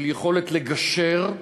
של יכולת לגשר,